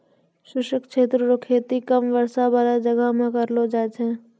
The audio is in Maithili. शुष्क क्षेत्र रो खेती कम वर्षा बाला जगह मे करलो जाय छै